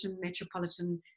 Metropolitan